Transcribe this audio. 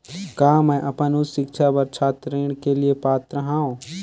का मैं अपन उच्च शिक्षा बर छात्र ऋण के लिए पात्र हंव?